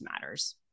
matters